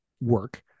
work